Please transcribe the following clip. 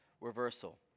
reversal